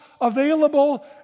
available